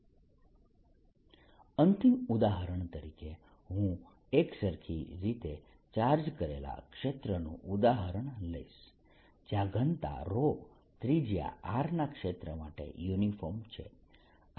4πr2drQ28π0Rdrr2Q28π0R અંતિમ ઉદાહરણ તરીકે હું એકસરખી રીતે ચાર્જ કરેલા ક્ષેત્રનું ઉદાહરણ લઈશ જ્યાં ઘનતા ત્રિજ્યા R ના ક્ષેત્ર માટે યુનિફોર્મ છે